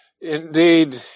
Indeed